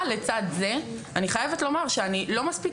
אבל לצד זה אני חייבת לומר שאני לא מספיק